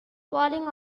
falling